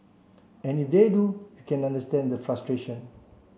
and if they do you can understand the frustration